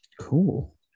cool